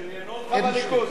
שריינו אותך בליכוד?